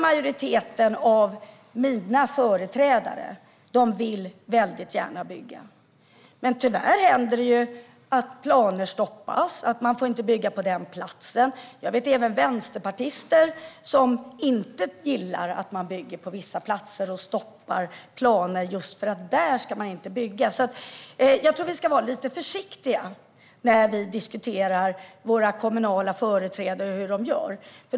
Majoriteten av företrädarna för mitt parti vill väldigt gärna bygga. Tyvärr händer det att planer stoppas och att man inte får bygga på den platsen. Jag vet även vänsterpartister som inte gillar att man bygger på vissa platser och stoppar planer just för att man inte ska bygga där. Jag tror att vi ska vara lite försiktiga när vi diskuterar hur våra kommunala företrädare gör.